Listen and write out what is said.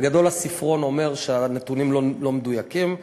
בגדול הספרון אומר שהנתונים לא מדויקים,